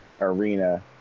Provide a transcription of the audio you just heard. arena